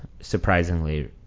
surprisingly